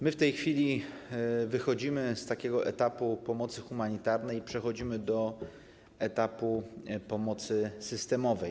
My w tej chwili wychodzimy z etapu pomocy humanitarnej i przechodzimy do etapu pomocy systemowej.